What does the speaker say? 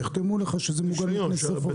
יחתמו לך שזה מוגן מפני שריפות.